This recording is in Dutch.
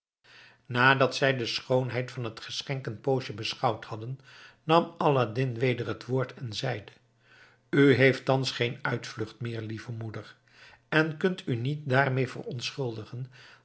nadat zij de schoonheid van het geschenk een poosje beschouwd hadden nam aladdin weder het woord en zeide u heeft thans geen uitvlucht meer lieve moeder en kunt u niet daarmee